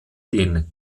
den